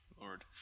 Lord